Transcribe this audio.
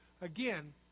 again